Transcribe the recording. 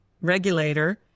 regulator